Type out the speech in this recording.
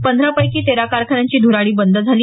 पंधरापैकी तेरा कारखान्यांची धुराडी बंद झाली